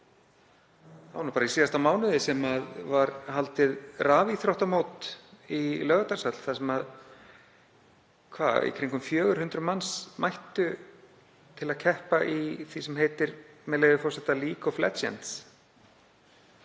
var nú bara í síðasta mánuði sem haldið var rafíþróttamót í Laugardalshöll þar sem í kringum 400 manns mættu til að keppa í því sem heitir, með leyfi forseta, „League of Legends“.